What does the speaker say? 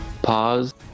Pause